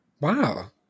Wow